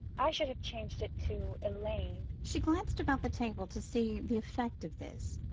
i should have changed it to elaine. she glanced about the table to see the effect of this.